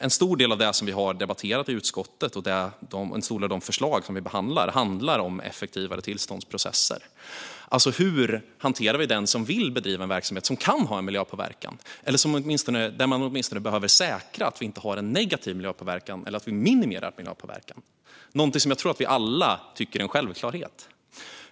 En stor del av det som vi har debatterat i utskottet och en stor del av de förslag som vi behandlar handlar om effektivare tillståndsprocesser. Hur hanterar vi den som vill bedriva en verksamhet som kan ha en miljöpåverkan, eller där man åtminstone behöver säkra att vi inte har en negativ miljöpåverkan eller att vi minimerar miljöpåverkan, något som jag tror att vi alla tycker är en självklarhet?